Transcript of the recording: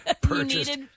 purchased